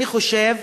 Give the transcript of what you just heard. אני חושב,